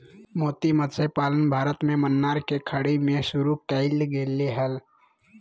मोती मतस्य पालन भारत में मन्नार के खाड़ी में शुरु कइल गेले हल